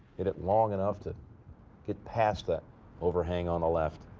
it it long enough to get past that overhang on the left.